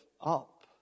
up